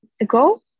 ago